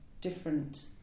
different